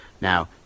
now